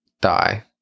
die